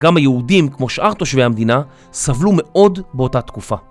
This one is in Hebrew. גם היהודים כמו שאר תושבי המדינה סבלו מאוד באותה תקופה.